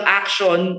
action